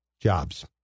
jobs